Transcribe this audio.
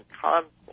conflict